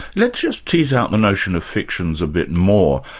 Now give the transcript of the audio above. let's just tease out the notion of fictions a bit more.